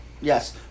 yes